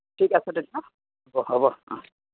ঠিক আছে তেতিয়া হ'ব হ'ব অঁ